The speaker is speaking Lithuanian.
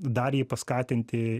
dar jį paskatinti